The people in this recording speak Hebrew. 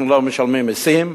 אנחנו לא משלמים מסים?